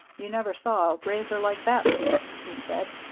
you never saw a razor like that, pete, he said.